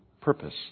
purpose